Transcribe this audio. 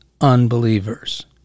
unbelievers